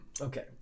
Okay